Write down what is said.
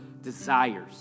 desires